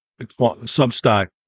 substack